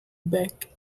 back